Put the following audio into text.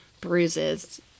bruises